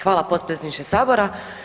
Hvala potpredsjedniče Sabora.